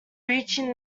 reaching